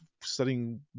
studying